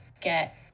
get